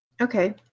Okay